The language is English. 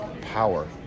power